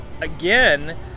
again